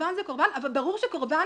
קורבן זה קורבן אבל ברור שקורבן